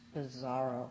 bizarro